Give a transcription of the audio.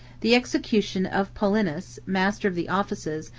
the execution of paulinus, master of the offices,